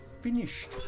finished